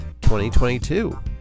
2022